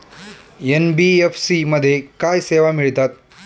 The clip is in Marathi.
एन.बी.एफ.सी मध्ये काय सेवा मिळतात?